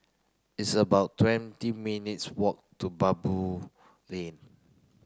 it's about twenty minutes' walk to Baboo Lane